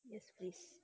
yes please